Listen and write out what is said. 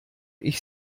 ich